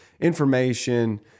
information